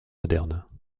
modernes